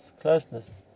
closeness